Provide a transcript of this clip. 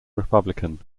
republican